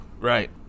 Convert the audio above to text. Right